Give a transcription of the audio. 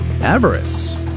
Avarice